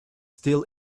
still